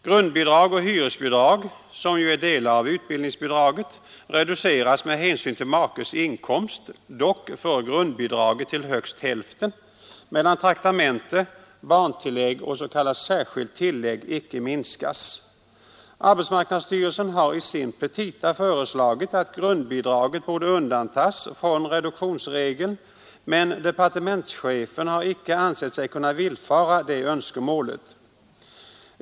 Grundbidrag och hyresbidrag, som ju är delar av utbildningsbidraget, reduceras med hänsyn till makes inkomst, dock för grundbidraget till högst hälften, medan traktamentet, barntillägg och s.k. särskilt tillägg icke minskas. Arbetsmarknadsstyrelsen har i sina petita föreslagit att grundbidraget borde undantas från reduktionsregeln, men departementschefen har icke ansett sig kunna villfara det önskemålet.